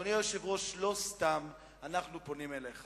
אדוני היושב-ראש, לא סתם אנחנו פונים אליך.